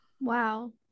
Wow